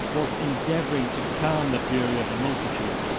was endeavoring to calm the fury of the multitude,